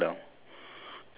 mm K